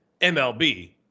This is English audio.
MLB